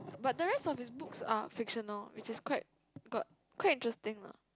but the rest of his books are fictional which is quite got quite interesting lah